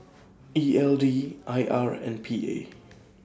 E L D I R and P A